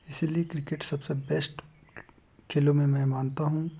इसीलिए क्रिकेट सबसे बेस्ट खेलों में मैं मानता हूँ